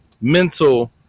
mental